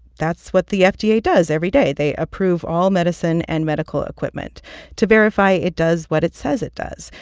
that's what the fda yeah does every day they approve all medicine and medical equipment to verify it does what it says it does.